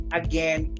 again